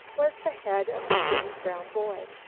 was the head of the strange brown boy.